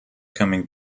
coming